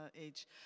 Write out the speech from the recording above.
age